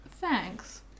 thanks